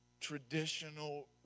traditional